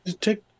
take